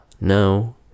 no